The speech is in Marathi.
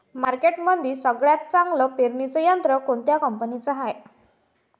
मार्केटमंदी सगळ्यात चांगलं पेरणी यंत्र कोनत्या कंपनीचं हाये?